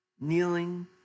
Kneeling